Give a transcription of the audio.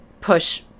push